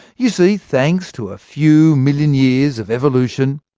you see, thanks to a few million years of evolution,